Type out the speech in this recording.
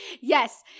yes